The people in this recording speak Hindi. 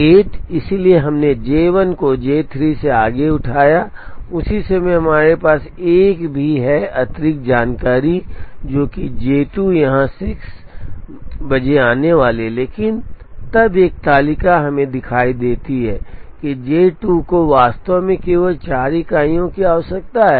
8 इसलिए हमने J 1 को J 3 से आगे उठाया उसी समय हमारे पास एक भी है अतिरिक्त जानकारी जो कि J 2 यहां 6 बजे आने वाली है लेकिन तब एक तालिका हमें दिखाई देती है कि J 2 को वास्तव में केवल चार इकाइयों की आवश्यकता है